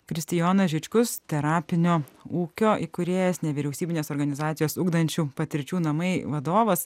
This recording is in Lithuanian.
kristijonas žičkus terapinio ūkio įkūrėjas nevyriausybinės organizacijos ugdančių patirčių namai vadovas